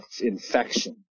infection